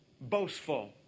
boastful